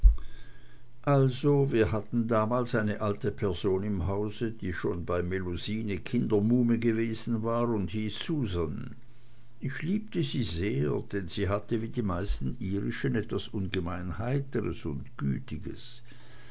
also wir hatten damals eine alte person im hause die schon bei melusine kindermuhme gewesen war und hieß susan ich liebte sie sehr denn sie hatte wie die meisten irischen etwas ungemein heiteres und gütiges